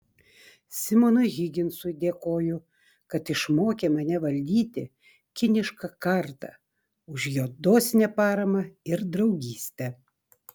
simonui higginsui dėkoju kad išmokė mane valdyti kinišką kardą už jo dosnią paramą ir draugystę